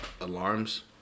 alarms